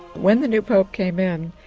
when the new pope came in,